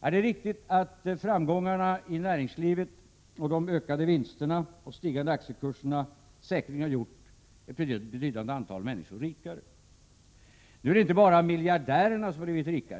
Det är riktigt att framgångarna i näringslivet, de ökade vinsterna och stigande aktiekurserna säkerligen har gjort ett betydande antal människor rikare. Nu är det inte bara miljardärerna som har blivit rikare.